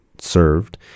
served